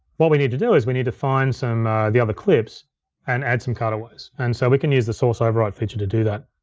what we need to do is we need to find some of the other clips and add some cutaways. and so we can use the source override feature to do that.